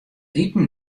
iten